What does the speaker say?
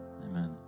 amen